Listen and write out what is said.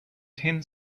ten